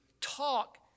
talk